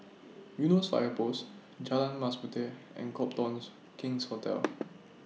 Eunos Fire Post Jalan Mas Puteh and Copthorne King's Hotel